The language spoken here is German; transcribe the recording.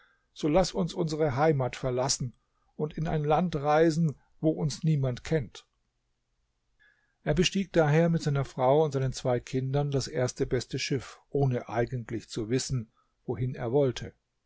so laß uns unsere heimat verlassen und in ein land reisen wo uns niemand kennt er bestieg daher mit seiner frau und seinen zwei kindern das erste beste schiff ohne eigentlich zu wissen wohin er wollte